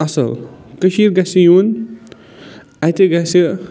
اَصٕل کٔشیٖرِ گژھِ یُن اَتہِ گژھِ